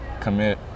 commit